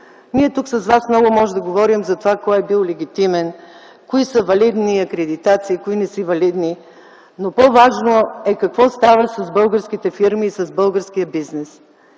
Ние тук с вас много можем да говорим кой е бил легитимен, кои са валидни акредитации, кои не са валидни, но по-важно е какво става с българските фирми и с българския бизнес